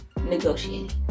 negotiating